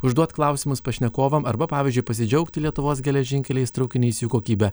užduot klausimus pašnekovam arba pavyzdžiui pasidžiaugti lietuvos geležinkeliais traukiniais jų kokybe